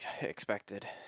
expected